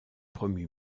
promu